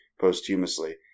posthumously